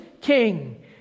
king